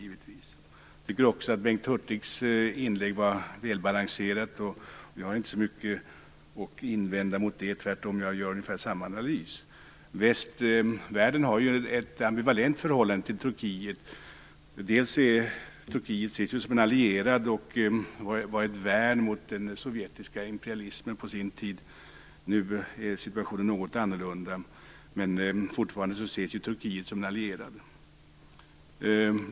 Jag tycker också att Bengt Hurtigs inlägg var välbalanserat. Jag har inte så mycket att invända mot det. Tvärtom gör jag ungefär samma analys. Västvärlden har ett ambivalent förhållandet till Turkiet. Till en del ses Turkiet som en allierad, och landet var också ett värn mot den sovjetiska imperialismen på sin tid. Nu är situationen något annorlunda, men fortfarande ses Turkiet som en allierad.